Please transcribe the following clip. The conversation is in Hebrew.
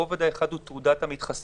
הרובד האחד הוא תעודת המתחסן